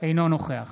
אינו נוכח